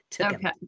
Okay